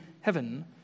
heaven